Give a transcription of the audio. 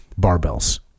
Barbells